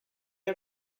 are